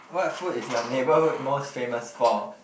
what food is your neighborhood most famous for